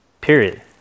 period